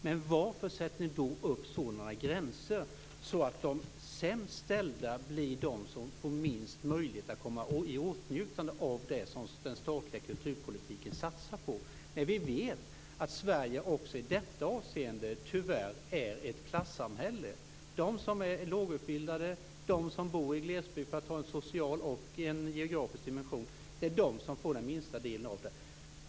Men varför sätter ni då upp sådana gränser, så att de sämst ställda blir de som får minst möjlighet att komma i åtnjutande av det som den statliga kulturpolitiken satsar på, när vi vet att Sverige också i detta avseende tyvärr är ett klassamhälle? De som är lågutbildade och de som bor i glesbygd, för att ta en social och en geografisk dimension, får den minsta delen av detta.